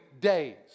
days